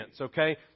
okay